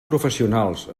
professionals